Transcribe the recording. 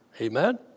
Amen